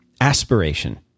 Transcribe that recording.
Aspiration